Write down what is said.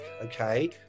okay